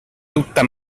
tutta